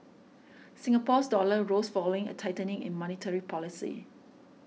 Singapore's dollar rose following a tightening in monetary policy